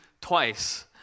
twice